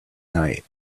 night